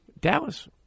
Dallas